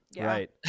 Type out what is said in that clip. right